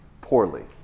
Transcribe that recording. poorly